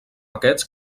aquests